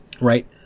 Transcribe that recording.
right